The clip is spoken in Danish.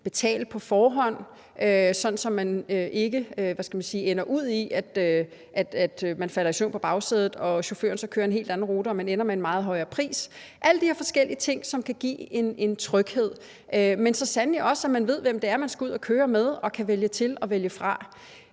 ikke – hvad skal man sige – ender ud i, at man falder i søvn på bagsædet, og at chaufføren så kører en helt anden rute og det ender med at være en meget højere pris. Det handler altså om alle de her forskellige ting, som kan give en tryghed, men som så sandelig også gør, at man ved, hvem det er, man skal ud at køre med, og at man kan vælge til og vælge fra.